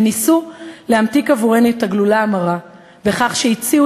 הם ניסו להמתיק עבורנו את הגלולה המרה בכך שהציעו